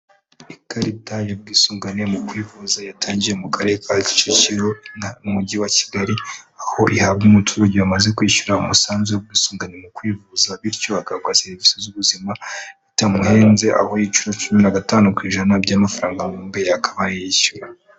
Ikarita y'ubwisungane mu kwivuza yatangiwe mu karere ka Kicukiro mu mujyi wa Kigali, aho ihabwa umuturage wamaze kwishyura umusanzu w'ubwisungane mu kwivuza bityo agahabwa serivisi z'ubuzima bitamuhenze, aho yishyura cumi na gatanu ku ijana by'amafaranga ubundi yakabaye yishyura.